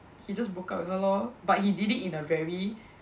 he just broke up with her lor but he did it in a very